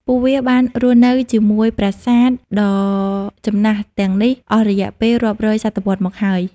ពួកវាបានរស់នៅជាមួយប្រាសាទដ៏ចំណាស់ទាំងនេះអស់រយៈពេលរាប់រយសតវត្សរ៍មកហើយ។